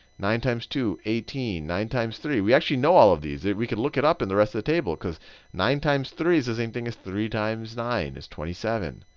nine times two, eighteen nine times three we actually know all of these. we could look it up in the rest of the table because nine times three is the same thing as three times nine. it's twenty seven.